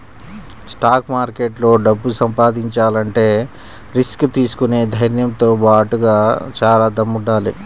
stock మార్కెట్లో డబ్బు సంపాదించాలంటే రిస్క్ తీసుకునే ధైర్నంతో బాటుగా చానా దమ్ముండాలి